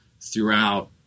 throughout